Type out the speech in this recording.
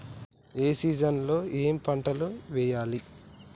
ఏ season లో ఏం పంటలు వెయ్యాలి?